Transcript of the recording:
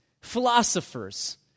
philosophers